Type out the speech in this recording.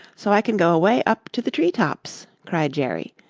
so i can go away up to the tree tops, cried jerry.